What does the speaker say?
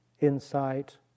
insight